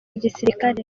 gisirikare